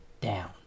down